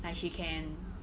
like she can